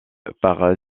par